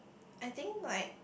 I think like